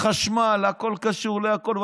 החשמל, הכול קשור להכול.